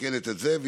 מתקנת את זה.